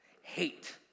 hate